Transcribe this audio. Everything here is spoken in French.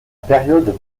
période